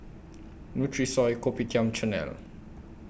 Nutrisoy Kopitiam Chanel